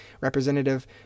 Representative